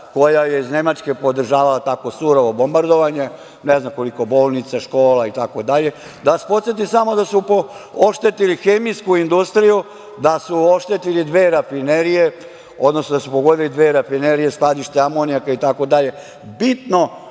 koja je iz Nemačke podržavala takvo surovo bombardovanje, ne znam koliko bolnica, škola, itd, da vas podsetim da su oštetili hemijsku industriju, da su oštetili dve rafinerije, odnosno da su pogodili dve rafinerije, skladište amonijaka itd,